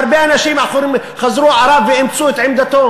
והרבה אנשים אחרים חזרו אחריו ואימצו את עמדתו